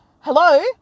Hello